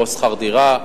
או שכר הדירה,